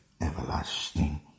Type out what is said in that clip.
everlasting